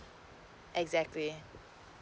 exactly